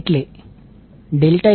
એટલે ∆1j1